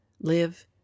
live